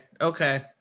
Okay